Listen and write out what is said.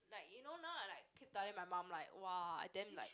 like you know now I like keep telling my mum like [wah] I damn like